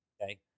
Okay